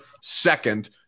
second